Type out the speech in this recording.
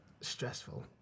stressful